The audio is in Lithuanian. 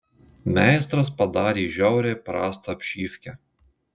meistras padarė žiauriai prastą apšyvkę